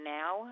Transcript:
now